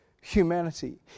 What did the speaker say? humanity